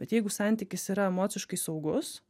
bet jeigu santykis yra emociškai saugus